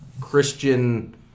Christian